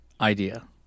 idea